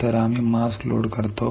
तर आम्ही mask load करतो